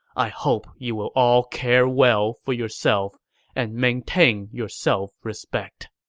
i hope you will all care well for yourself and maintain your self-respect.